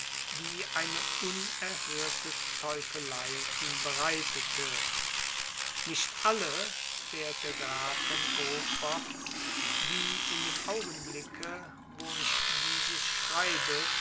die eine unerhörte teufelei ihm bereitete nicht alle fährt der graf von o fort die in dem augenblicke wo ich dieses schreibe